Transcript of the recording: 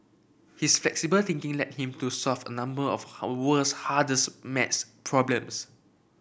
his flexible thinking led him to solve a number of how world's hardest maths problems